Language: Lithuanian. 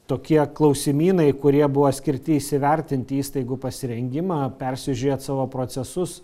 tokie klausimynai kurie buvo skirti įsivertinti įstaigų pasirengimą persižiūrėt savo procesus